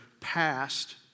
past